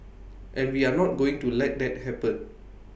and we are not going to let that happen